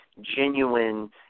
genuine